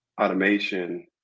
automation